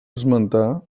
esmentar